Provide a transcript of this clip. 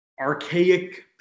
Archaic